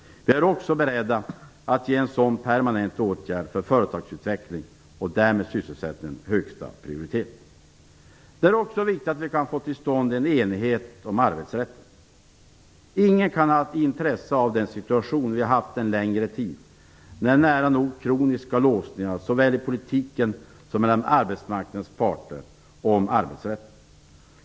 Vi är också beredda att ge en sådan permanent åtgärd för företagsutvecklingen, och därmed för sysselsättningen, högsta prioritet. Det är också viktigt att vi kan få till stånd en enighet om arbetsrätten. Ingen kan ha intresse av den situation vi har haft en längre tid med nära nog kroniska låsningar såväl i politiken som mellan arbetsmarknadens parter om arbetsrätten.